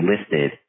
listed